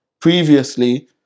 Previously